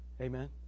Amen